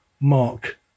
Mark